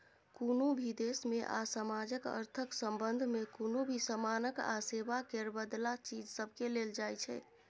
कुनु भी देश में आ समाजक अर्थक संबंध में कुनु भी समानक आ सेवा केर बदला चीज सबकेँ लेल जाइ छै